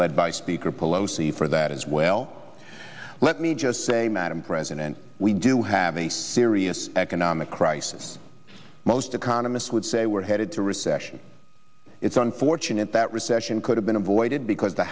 led by speaker pelosi for that as well let me just say madam president we do have a serious economic crisis most economists would say we're headed to recession it's unfortunate that recession could have been avoided because the